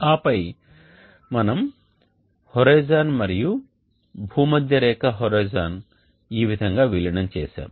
ఆపై మనము హోరిజోన్ మరియు భూమధ్య రేఖ హోరిజోన్ ఈ విధంగా విలీనం చేశాము